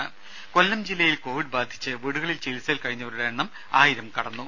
രുമ കൊല്ലം ജില്ലയിൽ കൊവിഡ് ബാധിച്ച് വീടുകളിൽ ചികിത്സയിൽ കഴിഞ്ഞവരുടെ എണ്ണം ആയിരം കടന്നു